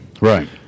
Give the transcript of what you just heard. right